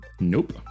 Nope